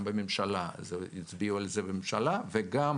גם בממשלה הצביעו על זה בממשלה וגם